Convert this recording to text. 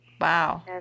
Wow